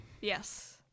Yes